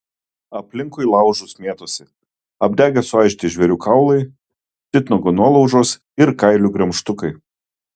aplinkui laužus mėtosi apdegę suaižyti žvėrių kaulai titnago nuolaužos ir kailių gremžtukai